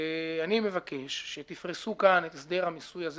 אני מבקש שתפרסו כאן את הסדר המיסוי הזה